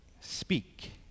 speak